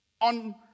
on